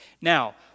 Now